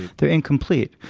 they're incomplete.